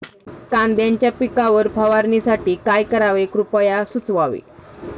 कांद्यांच्या पिकावर फवारणीसाठी काय करावे कृपया सुचवावे